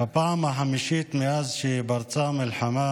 בפעם החמישית מאז שפרצה המלחמה